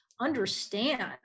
understand